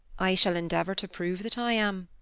i shall endeavor to prove that i am.